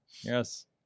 Yes